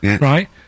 right